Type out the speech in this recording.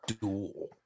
duel